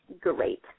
great